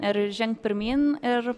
ir žengt pirmyn ir